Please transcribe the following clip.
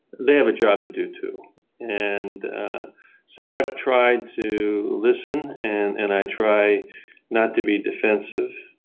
they have a job to do too and so i've tried to listen and and i try not to be defensive